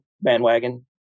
bandwagon